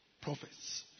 prophets